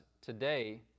today